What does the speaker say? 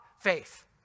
faith